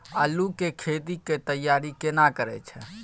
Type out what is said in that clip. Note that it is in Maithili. आलू के खेती के तैयारी केना करै छै?